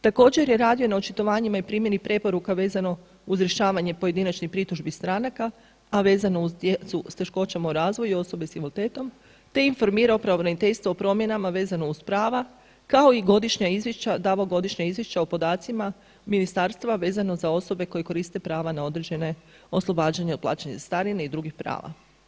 Također je radio na očitovanjima i primjeni preporuka vezano uz rješavanje pojedinačnih pritužbi stranaka, a vezano uz djecu s teškoćama u razvoju i osobe s invaliditetom, te informirao pravobraniteljstvo o promjenama vezano uz prava kao i godišnja izvješća, davao godišnja izvješća o podacima ministarstva vezano za osobe koje koriste prava na određena oslobađanja plaćanja od cestarine i drugih prava.